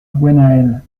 gwennael